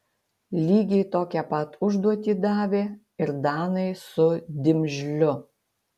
lygiai tokią pat užduotį davė ir danai su dimžliu